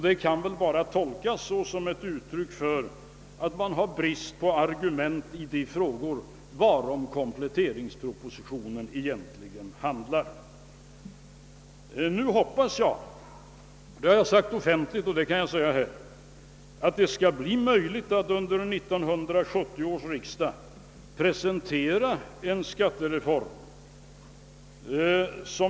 Det kan väl bara tolkas som ett uttryck för brist på argument i de frågor som kompletteringspropositionen egentligen gäller. Nu hoppas jag — jag har tidigare sagt det offentligt och jag kan upprepa det — att det skall bli möjligt att under 1970 års riksdag presentera en skattereform.